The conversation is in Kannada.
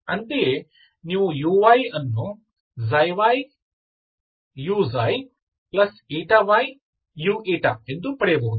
ಅಂತೆಯೇ ನೀವು uy ಅನ್ನು ξyuyu ಎಂದು ಪಡೆಯಬಹುದು